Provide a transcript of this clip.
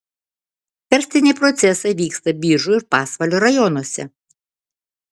karstiniai procesai vyksta biržų ir pasvalio rajonuose